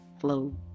flow